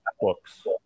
books